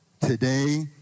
Today